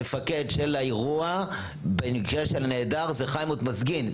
מפקד של האירוע במקרה של נעדר הוא חיים אוטמזגין,